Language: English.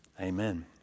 amen